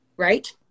right